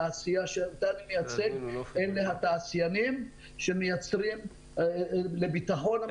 אני מייצג תעשיינים שמייצרים למען ביטחון המדינה.